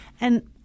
And-